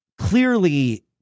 clearly